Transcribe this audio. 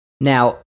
Now